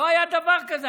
לא היה דבר כזה.